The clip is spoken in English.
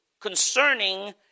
concerning